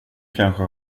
kanske